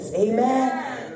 Amen